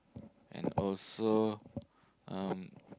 and also um